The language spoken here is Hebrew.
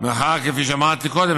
מאחר שכפי שאמרתי קודם,